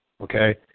okay